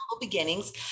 beginnings